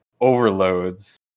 overloads